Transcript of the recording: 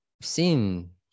seen